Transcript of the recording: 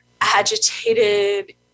agitated